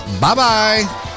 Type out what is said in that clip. Bye-bye